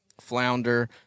flounder